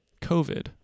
COVID